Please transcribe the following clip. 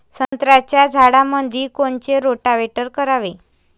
संत्र्याच्या झाडामंदी कोनचे रोटावेटर करावे?